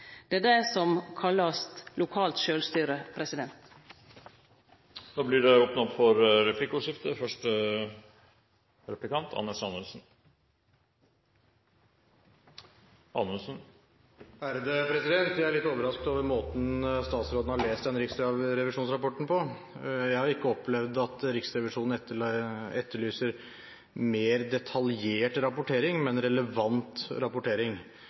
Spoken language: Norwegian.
Det er det som kallast lokalt sjølvstyre. Det blir replikkordskifte. Jeg er litt overrasket over måten statsråden har lest Riksrevisjonens rapport på. Jeg har ikke opplevd at Riksrevisjonen etterlyser mer detaljert rapportering, men relevant rapportering.